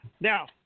now